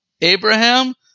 Abraham